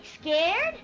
scared